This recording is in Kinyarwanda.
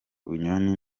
bunyoni